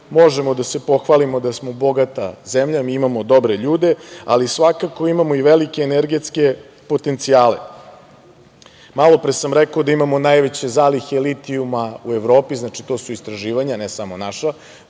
možemo da se pohvalimo da smo bogata zemlja, mi imamo dobre ljude, ali svakako imamo i velike energetske potencijale. Malopre sam rekao da imamo najveće zalihe litijuma u Evropi, znači to su istraživanja, ne samo naša,